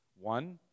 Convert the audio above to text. One